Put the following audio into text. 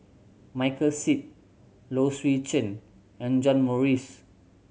Michael Seet Low Swee Chen and John Morrice